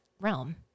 realm